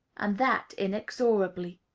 and that inexorably.